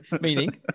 meaning